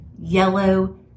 yellow